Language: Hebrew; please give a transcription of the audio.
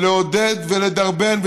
לעודד ולדרבן,